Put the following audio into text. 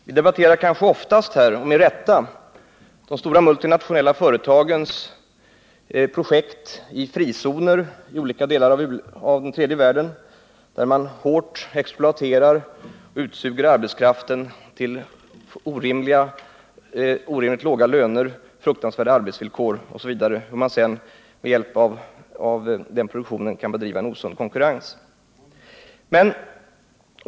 Vi debatterar kanske oftast, och med rätta, de stora multinationella företagens projekt i frizoner i olika delar av tredje världen, där man hårt exploaterar och utsuger arbetskraften till orimligt låga löner, under fruktansvärda arbetsvillkor osv. och sedan med hjälp av den produktionen kan bedriva en osund konkurrens.